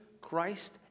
Christ